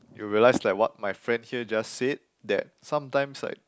you'll realize like what my friend here just said that sometimes like